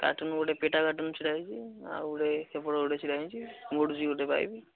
cartoon ଗୋଟେ ପେଟା cartoon ଛିଡ଼ା ହୋଇଛି ଆଉ ଗୋଟେ ସେପଟେ ଗୋଟେ ଛିଡ଼ା ହୋଇଛି ମୋଡୁଛି ଗୋଟେ ପାଇପ୍